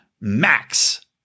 Max